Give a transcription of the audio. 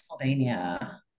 Pennsylvania